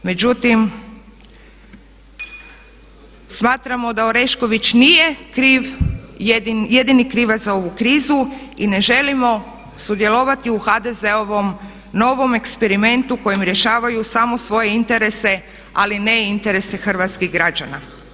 Međutim, smatramo da Orešković nije kriv, jedini krivac za ovu krizu i ne želimo sudjelovati u HDZ-ovom novom eksperimentu kojim rješavaju samo svoje interese ali ne i interese Hrvatskih građana.